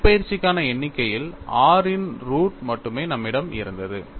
இடப்பெயர்ச்சிக்கான எண்ணிக்கையில் r இன் root மட்டுமே நம்மிடம் இருந்தது